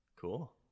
Cool